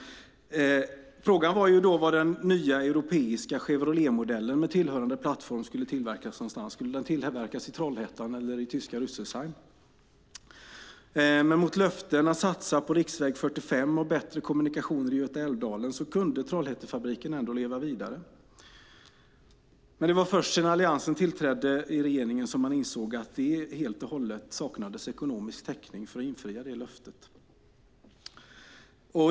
Frågan var då var den nya europeiska Chevroletmodellen med tillhörande plattform skulle tillverkas. Skulle den tillverkas i Trollhättan eller i tyska Rüsselsheim? Mot löften att satsa på riksväg 45 och bättre kommunikationer i Götaälvdalen kunde Trollhättefabriken ändå leva vidare. Men det var först sedan Alliansen tillträdde i regeringen som man insåg att det helt och hållet saknades ekonomisk täckning för att infria det löftet.